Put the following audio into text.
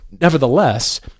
Nevertheless